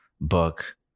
book